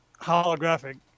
holographic